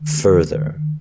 further